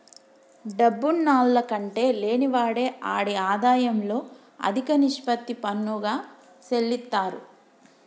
డబ్బున్నాల్ల కంటే లేనివాడే ఆడి ఆదాయంలో అదిక నిష్పత్తి పన్నుగా సెల్లిత్తారు